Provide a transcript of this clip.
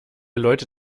leute